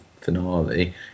finale